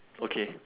okay